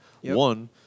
one